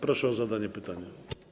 Proszę o zadanie pytania.